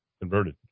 converted